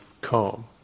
calm